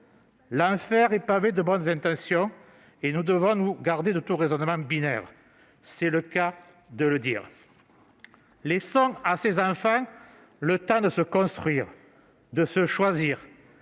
L'enfer est pavé de bonnes intentions, et nous devons nous garder de tout raisonnement binaire- c'est le cas de le dire. Laissons à ces enfants le temps de se construire, de se choisir,